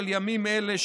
של ימים אלה,